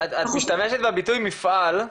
את משתמשת בביטוי 'מפעל',